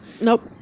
nope